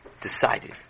decided